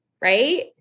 right